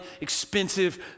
expensive